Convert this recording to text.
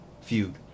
feud